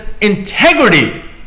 integrity